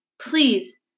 Please